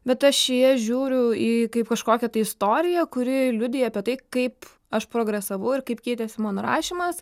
bet aš į jas žiūriu į kaip kažkokią tai istoriją kuri liudija apie tai kaip aš progresavau ir kaip keitėsi man rašymas